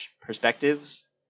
perspectives